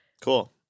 Cool